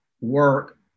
work